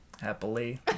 Happily